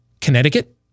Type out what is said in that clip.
Connecticut